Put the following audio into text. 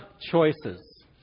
choices